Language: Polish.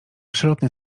przelotne